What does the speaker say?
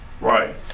Right